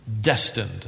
Destined